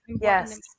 Yes